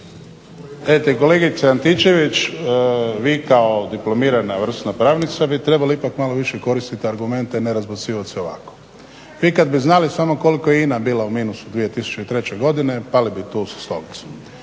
kolegice Antičević vi kao diplomirana vrsna pravnica bi trebali ipak malo više koristiti argumente, ne razbacivat se ovako. Vi kad bi znali samo koliko je INA bila u minusu 2003. godine pali bi tu sa stolice.